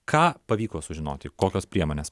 ką pavyko sužinoti kokios priemonės